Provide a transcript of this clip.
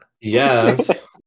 yes